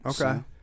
okay